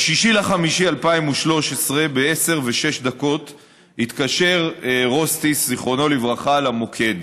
ב-5 במאי 2013 ב-10:06 התקשר רוסטיס זיכרונו לברכה למוקד,